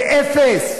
זה אפס.